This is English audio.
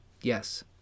yes